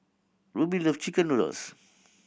Rubye love chicken noodles